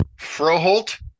Froholt